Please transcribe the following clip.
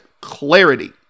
clarity